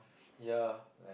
ya